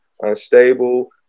unstable